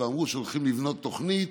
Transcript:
ואמרו שהולכים לבנות תוכנית